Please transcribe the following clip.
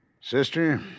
Sister